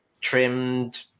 trimmed